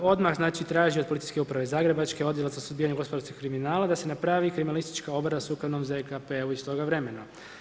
Odmah znači traži od Policijske uprave Zagrebačke, odjel za suzbijanje gospodarskog kriminala, da se napravi kriminalistička obrada, sukladno ZKP-u iz toga vremena.